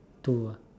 two ah